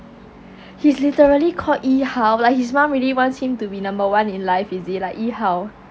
he's literally called yee hao like his mum really wants him to be number one in life is it like 一号